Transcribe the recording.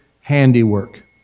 handiwork